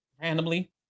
Randomly